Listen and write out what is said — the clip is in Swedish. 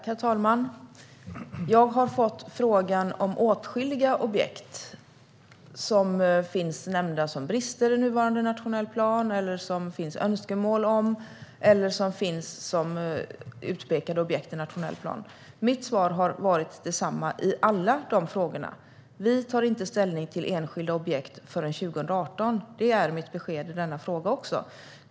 Herr talman! Jag har fått frågan om åtskilliga objekt som finns nämnda som brister i nuvarande nationell plan. Jag har också fått frågan om objekt som det finns önskemål om och om utpekade objekt i nationell plan. Mitt svar har varit detsamma på alla dessa frågor, nämligen att vi inte tar ställning till enskilda objekt förrän 2018. Det är mitt besked i denna fråga också.